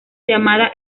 llamada